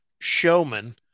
showman